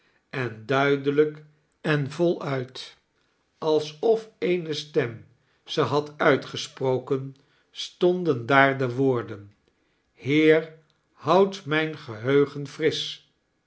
en duidelijk en voluit alsof eeae stern ze had uitgesproken stonden daar de woorden he r houd mijn geheugen frisch